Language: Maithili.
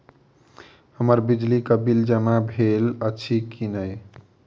हम्मर बिजली कऽ बिल जमा भेल अछि की नहि?